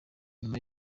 nyuma